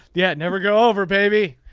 yeah. never go over baby.